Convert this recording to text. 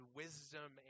wisdom